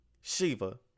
Shiva